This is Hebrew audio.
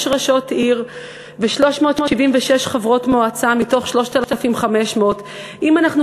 ראשות עיר ו-376 חברות מועצה מתוך 3,500. אם אנחנו